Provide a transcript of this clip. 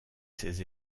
ses